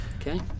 okay